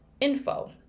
info